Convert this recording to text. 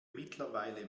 mittlerweile